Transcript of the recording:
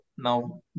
Now